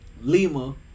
Lima